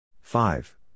Five